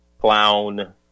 clown